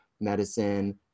medicine